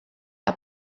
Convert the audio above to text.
are